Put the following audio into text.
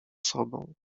sobą